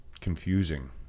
confusing